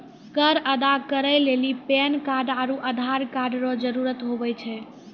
कर अदा करै लेली पैन कार्ड आरू आधार कार्ड रो जरूत हुवै छै